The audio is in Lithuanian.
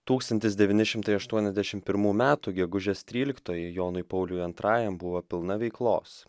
tūkstantis devyni šimtai aštuoniasdešimt pirmų metų gegužės tryliktoji jonui pauliui antrajam buvo pilna veiklos